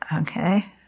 Okay